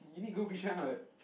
you need go Bishan what